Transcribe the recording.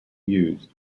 used